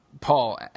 Paul